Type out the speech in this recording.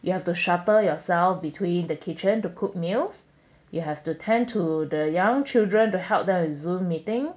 you have to shuttle yourself between the kitchen to cook meals you'll have to tend to the young children to help them with Zoom meeting